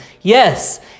Yes